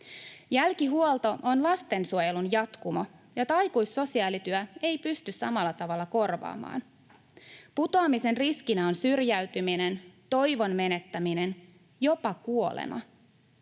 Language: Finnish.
Jälkihuolto on lastensuojelun jatkumo, jota aikuissosiaalityö ei pysty samalla tavalla korvaamaan. Putoamisen riskinä on syrjäytyminen, toivon menettäminen, jopa kuolema.